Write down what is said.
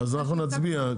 אז אנחנו נצביע.